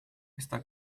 está